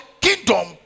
kingdom